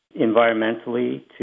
environmentally